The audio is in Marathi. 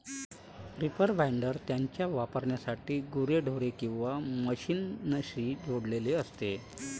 रीपर बाइंडर त्याच्या वापरासाठी गुरेढोरे किंवा मशीनशी जोडलेले असते